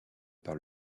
par